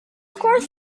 course